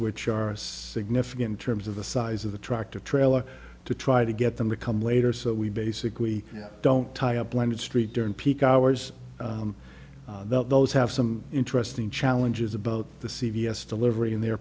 which are a significant terms of the size of the tractor trailer to try to get them to come later so we basically don't tie a blended street during peak hours though those have some interesting challenges about the c v s delivery in their